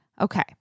Okay